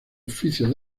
oficio